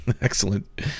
excellent